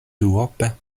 duope